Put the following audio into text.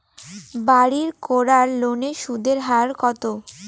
বাড়ির করার লোনের সুদের হার কত?